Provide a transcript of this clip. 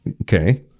Okay